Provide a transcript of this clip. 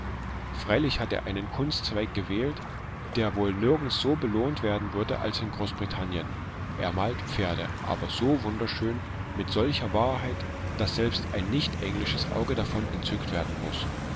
freilich hat er einen kunstzweig erwählt der wohl nirgends so belohnt werden würde als in großbritannien er malt pferde aber so wunderschön mit solcher wahrheit daß selbst ein nicht englisches auge davon entzückt werden muß